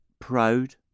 proud